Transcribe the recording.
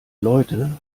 leute